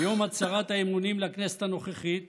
ביום הצהרת האמונים לכנסת הנוכחית